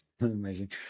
amazing